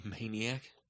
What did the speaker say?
maniac